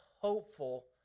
hopeful